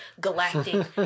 galactic